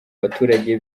abaturage